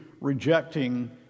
rejecting